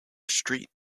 street